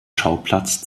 schauplatz